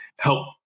help